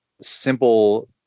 simple